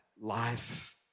life